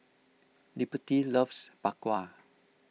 Liberty loves Bak Kwa